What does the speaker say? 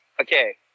okay